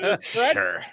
Sure